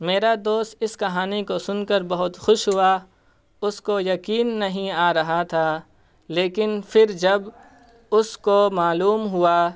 میرا دوست اس کہانی کو سن کر بہت خوش ہوا اس کو یقین نہیں آ رہا تھا لیکن پھر جب اس کو معلوم ہوا